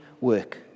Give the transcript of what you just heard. work